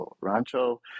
rancho